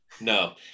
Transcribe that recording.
No